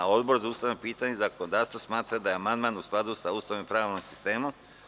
Odbor za ustavna pitanja i zakonodavstvo smatra da je amandman u skladu sa Ustavom i pravnim sistemom.